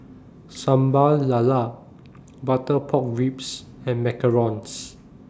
Sambal Lala Butter Pork Ribs and Macarons